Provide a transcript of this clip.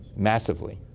massively.